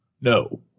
No